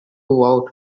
road